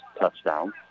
touchdown